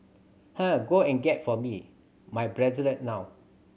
eh go and get for me my bracelet now